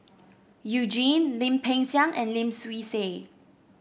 You Jin Lim Peng Siang and Lim Swee Say